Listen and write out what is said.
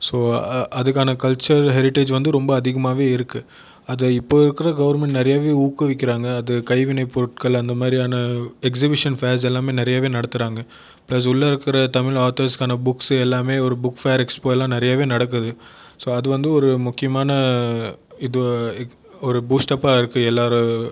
so அதுக்கான culture heritage வந்து ரொம்ப அதிகமாகவே இருக்குது அதை இப்போது இருக்கிற கவர்ன்மெண்ட் நிறையவே ஊக்கவிக்கிறாங்க அது கைவினை பொருட்கள் அந்த மாதிரியான எக்ஸிபிஷன் ஃபேர்ஸ் எல்லாமே நிறையவே நடத்துகிறாங்க ப்ளஸ் உள்ள இருக்கிற தமிழ் ஆத்தர்ஸ்கான புக்ஸ் எல்லாமே ஒரு புக்ஸ் ஃபேர் எக்ஸ்போ எல்லாம் நிறையவே நடக்குது ஸோ அதுவந்து ஒரு முக்கியமான இது ஒரு பூஸ்டப்பாக இருக்கும் எல்லாேரும்